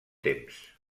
temps